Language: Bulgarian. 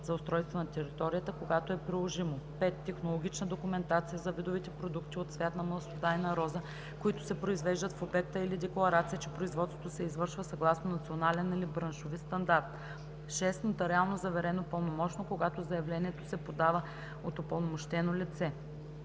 за устройство на територията – когато е приложимо; 5. технологична документация за видовете продукти от цвят на маслодайна роза, които се произвеждат в обекта, или декларация, че производството се извършва съгласно национален или браншови стандарт; 6. нотариално заверено пълномощно, когато заявлението се подава от упълномощено лице.